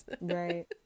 Right